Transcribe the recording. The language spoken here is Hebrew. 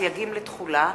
סייגים לתחולה),